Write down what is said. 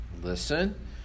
listen